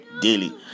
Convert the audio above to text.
daily